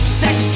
sex